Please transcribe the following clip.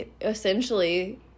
Essentially